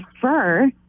prefer